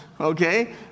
Okay